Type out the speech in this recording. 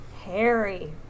Harry